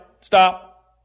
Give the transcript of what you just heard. Stop